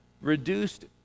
reduced